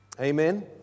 Amen